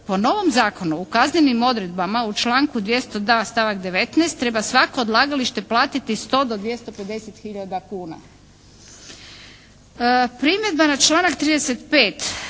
Po novom Zakonu o kaznenim odredbama u članku 202. stavak 19. treba svako odlagalište platiti 100 do 250 hiljada kuna. Primjedba na članak 35.